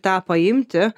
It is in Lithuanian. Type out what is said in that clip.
tą paimti